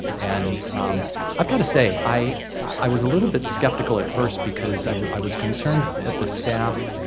and i've got to say, i i was a little bit skeptical at first, because i was i was concerned at the staff